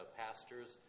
pastors